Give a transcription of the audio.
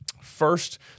First